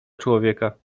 człowieka